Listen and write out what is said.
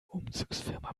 umzugsfirma